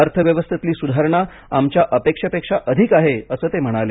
अर्थव्यवस्थेतली सुधारणा आमच्या अपेक्षेपेक्षा अधिक आहे असं ते म्हणाले